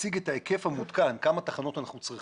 מציג את ההיקף המעודכן, כמה תחנות אנחנו צריכים.